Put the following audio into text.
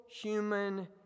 human